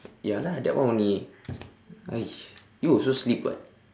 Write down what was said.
ya lah that one only !hais! you also sleep [what]